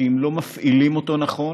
ואם לא מפעילים אותו נכון